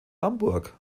hamburg